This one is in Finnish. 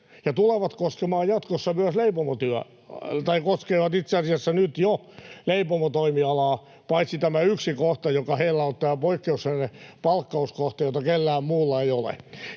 ja tulevat koskemaan jatkossa myös leipomotyötä — tai koskevat itse asiassa nyt jo leipomotoimialaa paitsi tämä yksi kohta, joka heillä on, tämä poikkeuksellinen palkkauskohta, jota kellään muulla ei ole.